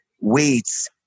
weights